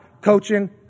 coaching